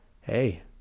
hey